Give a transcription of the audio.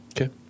Okay